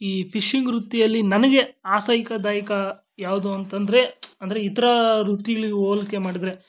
ಈ ಫಿಶಿಂಗ್ ವೃತ್ತಿಯಲ್ಲಿ ನನಗೆ ಆಸಕ್ತಿದಾಯ್ಕ ಯಾವುದು ಅಂತಂದರೆ ಅಂದರೆ ಇತರ ವೃತ್ತಿಗ್ಳಿಗೆ ಹೋಲ್ಕೆ ಮಾಡಿದ್ರೆ